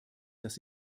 dass